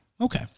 okay